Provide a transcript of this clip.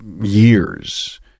years